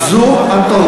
ועכשיו, זו התרבות.